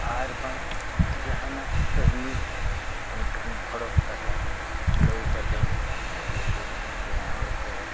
ᱟᱨ ᱵᱟᱝ ᱡᱟᱦᱟᱱᱟᱜ ᱠᱟᱹᱦᱱᱤ ᱚᱱᱠᱟᱱ ᱵᱷᱚᱲᱚᱠ ᱠᱟᱛᱷᱟ ᱞᱟᱹᱭ ᱠᱟᱛᱮ ᱜᱤᱫᱽᱨᱟᱹ ᱠᱚ ᱵᱟᱝ ᱥᱮᱬᱟ ᱦᱚᱲ ᱠᱚ